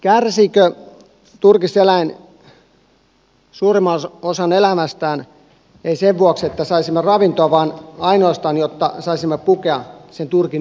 kärsiikö turkiseläin suurimman osan elämästään ei sen vuoksi että saisimme ravintoa vaan ainoastaan jotta saisimme pukea sen turkin yllemme